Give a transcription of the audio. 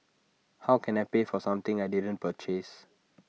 how can I pay for something I didn't purchase